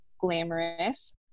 glamorous